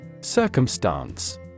Circumstance